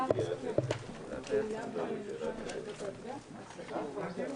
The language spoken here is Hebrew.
הצבעה לא אושר.